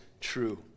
true